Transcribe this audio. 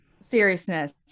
seriousness